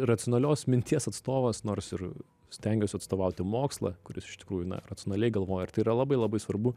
racionalios minties atstovas nors ir stengiuosi atstovauti mokslą kuris iš tikrųjų na racionaliai galvoja ir tai yra labai labai svarbu